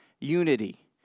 unity